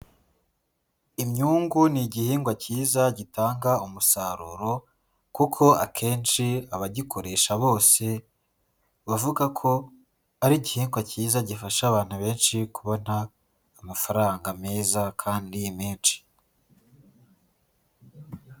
Imyungu ni igihingwa cyiza gitanga umusaruro kuko akenshi abagikoresha bose, bavuga ko ari igihingwa cyiza gifasha abantu benshi kubona amafaranga meza kandi menshi.